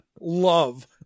love